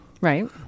Right